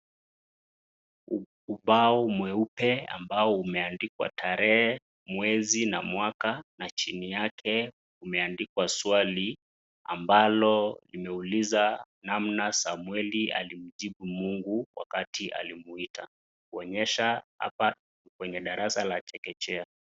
Ubao mweupe ambao umeandikwa tarehe mwezi na mwaka na chini yake umeandikwa swali ambalo limeuliza namna samweli alimjibu mungu wakati alimwita, kuonyesha hapa kwenye darasa la chekechea.